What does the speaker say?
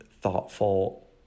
thoughtful